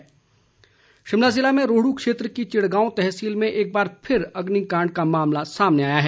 अग्निकांड शिमला ज़िले में रोहडू क्षेत्र की चिड़गांव तहसील में एक बार फिर अग्निकांड का मामला सामने आया है